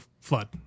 flood